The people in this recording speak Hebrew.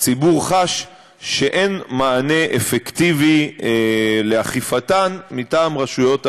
הציבור חש שאין מענה אפקטיבי באכיפתן מטעם רשויות המדינה.